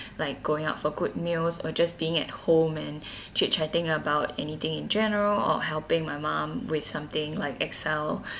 like going out for good meals or just being at home and chit chatting about anything in general or helping my mom with something like excel